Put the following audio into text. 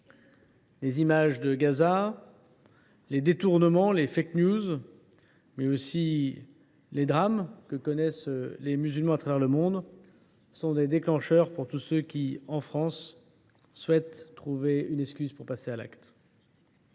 Les images de Gaza, les détournements, les, mais aussi les drames que connaissent les musulmans à travers le monde sont des déclencheurs pour tous ceux qui, en France, souhaitent avoir une excuse pour passer à l’acte.